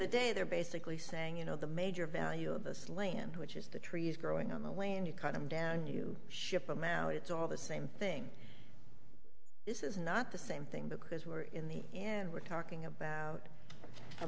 the day they're basically saying you know the major value of this land which is the trees growing on the land you cut them down you ship them out it's all the same thing this is not the same thing because we're in the and we're talking about